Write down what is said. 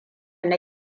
na